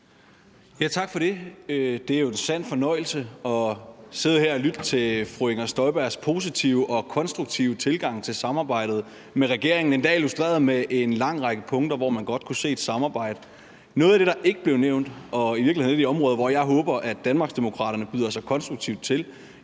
Tak for det. Det er jo en sand fornøjelse at sidde her og lytte til fru Inger Støjbergs positive og konstruktive tilgang til samarbejdet med regeringen, endda illustreret med en lang række punkter, hvor man godt kunne se et samarbejde. Noget af det, der ikke blev nævnt, og som i virkeligheden er et af de områder, hvor jeg håber, at Danmarksdemokraterne byder sig konstruktivt til,